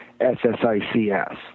SSICS